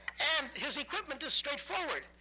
and his equipment is straightforward.